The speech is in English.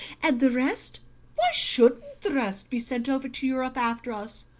and the rest why shouldn't the rest be sent over to europe after us?